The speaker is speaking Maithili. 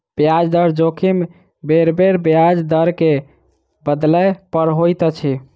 ब्याज दर जोखिम बेरबेर ब्याज दर के बदलै पर होइत अछि